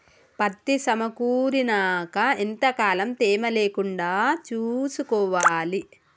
పత్తి సమకూరినాక ఎంత కాలం తేమ లేకుండా చూసుకోవాలి?